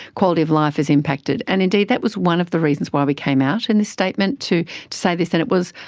quality of life is impacted. and indeed, that was one of the reasons why we came out in this statement to say this and it was,